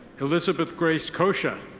elizabeth grace cosha.